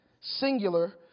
singular